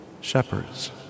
shepherds